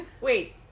wait